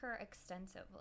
extensively